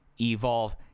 Evolve